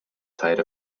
site